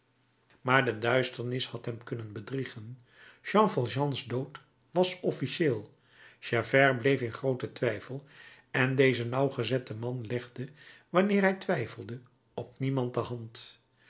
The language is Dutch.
maar de duisternis had hem kunnen bedriegen jean valjean's dood was officiëel javert bleef in grooten twijfel en deze nauwgezette man legde wanneer hij twijfelde op niemand de